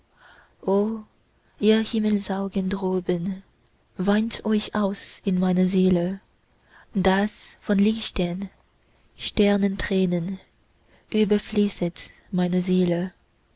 ihr himmelsaugen droben weint euch aus in meine seele daß von lichten sternentränen überfließet meine seele